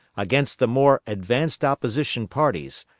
against the more advanced opposition parties,